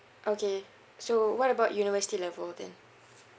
okay so what about university level then